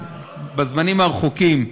בזמנים הרחוקים,